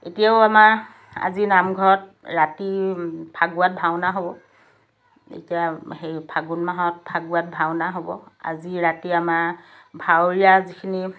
এতিয়াও আমাৰ আজি নামঘৰত ৰাতি ফাকুৱাত ভাওনা হ'ব এতিয়া সেই ফাগুণ মাহত ফাকুৱাত ভাওনা হ'ব আজি ৰাতি আমাৰ ভাৱৰীয়া যিখিনি